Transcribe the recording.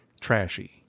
trashy